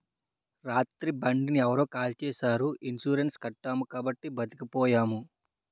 రాత్రి బండిని ఎవరో కాల్చీసారు ఇన్సూరెన్సు కట్టాము కాబట్టి బతికిపోయాము